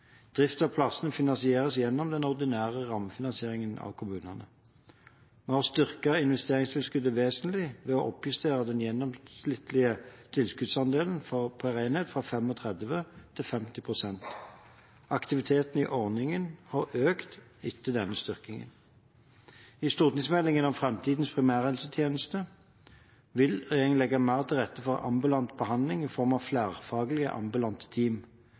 Drift av plassene finansieres gjennom den ordinære rammefinansieringen av kommunene. Vi har styrket investeringstilskuddet vesentlig ved å oppjustere den gjennomsnittlige tilskuddsandelen per enhet, fra 35 til 50 pst. Aktiviteten i ordningen har økt etter denne styrkingen. I stortingsmeldingen om fremtidens primærhelsetjeneste vil regjeringen legge mer til rette for ambulant behandling i form av flerfaglige ambulante team.